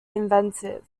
inventive